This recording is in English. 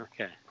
okay